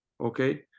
okay